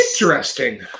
Interesting